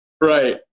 Right